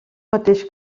mateix